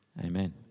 Amen